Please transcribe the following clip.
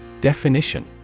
Definition